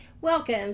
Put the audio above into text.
Welcome